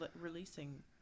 releasing